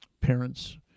parents